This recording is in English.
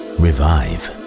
revive